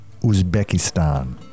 Uzbekistan